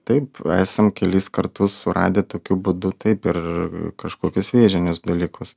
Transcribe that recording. taip esam kelis kartus suradę tokiu būdu taip ir kažkokius vėžinius dalykus